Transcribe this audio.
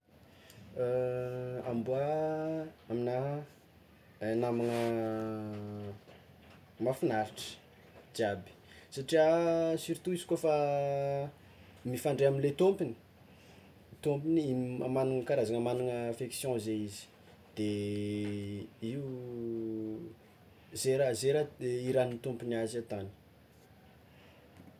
Amboà aminà namagna mafinaritra jiaby satrià surtout izy koà efa mifandray amle tompony tompony iny karazana magnana affection zay izy de io ze raha ze raha irahan'ny tompony azy ataony.